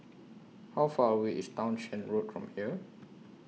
How Far away IS Townshend Road from here